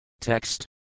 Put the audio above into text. Text